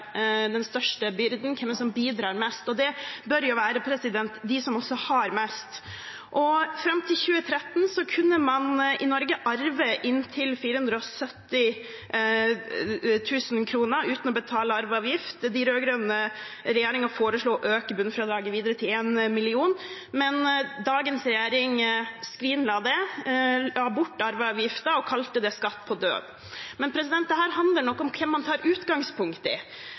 byrden, hvem er det som bidrar mest? Det bør jo være de som også har mest. Fram til 2013 kunne man i Norge arve inntil 470 000 kr uten å betale arveavgift. Den rød-grønne regjeringen foreslo å øke bunnfradraget videre, til 1 mill. kr, men dagens regjering skrinla det, la bort arveavgiften og kalte det skatt på død. Men dette handler nok om hvem man tar utgangspunkt i.